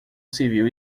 civil